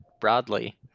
broadly